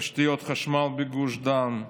תשתיות חשמל בגוש דן,